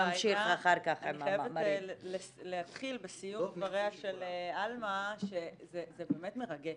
אני חייבת להתחיל בסיום דבריה של עלמה שזה באמת מרגש.